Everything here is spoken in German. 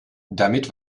damit